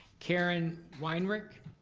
karen weinrich?